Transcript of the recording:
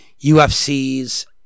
UFC's